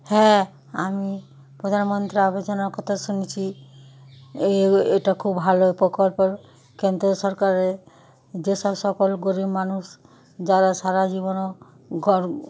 হ্যাঁ আমি প্রধানমন্ত্রী আবাস যোজনার কথা শুনেছি এই এগুলো এটা খুব ভালো প্রকল্প কেন্দ্রীয় সরকারের যেসব সকল গরীব মানুষ যারা সারা জীবনেও ঘর